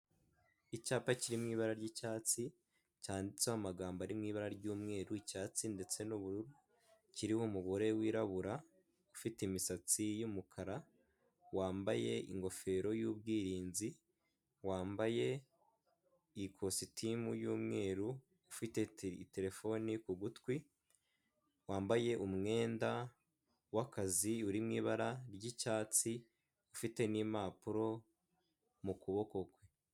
Icyapa kiririmo ibara ry'icyatsi cyanditseho amagambo ari mu ibara ry'mweru, icyatsi ndetse n'ubururu, kiriho umugore wirabura ufite imisatsi y'umukara wambaye ingofero y'ubwirinzi, wambaye ikositimu y'umweru, ufite terefone ku gutwi wambaye umwenda w'akazi uri mu ibara ry'icyatsi ufite n'impapuro mu kuboko kwe.